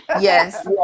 yes